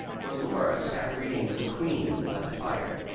where laura sat reading the queen by the fire.